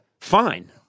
fine